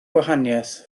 gwahaniaeth